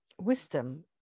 wisdom